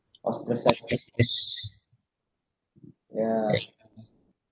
yeah